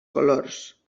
colors